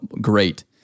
great